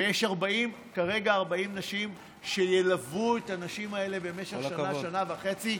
ויש כרגע 40 נשים שילוו את הנשים האלה במשך שנה-שנה וחצי,